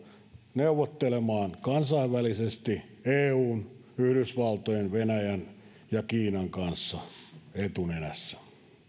neuvottelemaan kansainvälisesti eun yhdysvaltojen venäjän ja kiinan kanssa etunenässä